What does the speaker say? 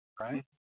right